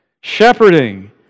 shepherding